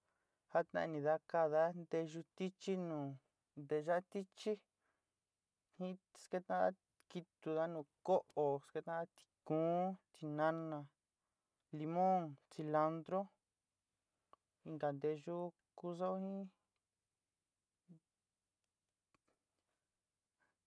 Jatainidá kaáda nteyú tichí nu nteyá tichí jin sketaan kitudá nu ko'o sketaandá tikuún, tinána, limon, cilantrú, inka nteyu ku sao jin.